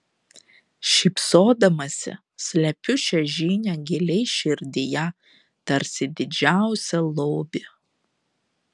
šypsodamasi slepiu šią žinią giliai širdyje tarsi didžiausią lobį